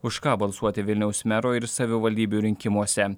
už ką balsuoti vilniaus mero ir savivaldybių rinkimuose